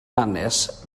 hanes